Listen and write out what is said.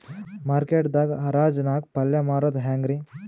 Market ದಾಗ್ ಹರಾಜ್ ನಾಗ್ ಪಲ್ಯ ಮಾರುದು ಹ್ಯಾಂಗ್ ರಿ?